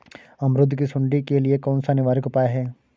अमरूद की सुंडी के लिए कौन सा निवारक उपाय है?